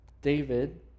David